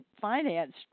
financed